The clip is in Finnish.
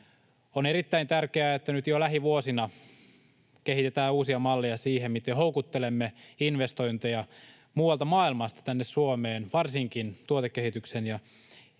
On erittäin tärkeää, että nyt jo lähivuosina kehitetään uusia malleja siihen, miten houkuttelemme investointeja muualta maailmasta tänne Suomeen varsinkin tuotekehityksen ja